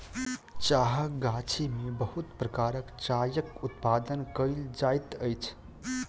चाहक गाछी में बहुत प्रकारक चायक उत्पादन कयल जाइत अछि